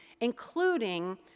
including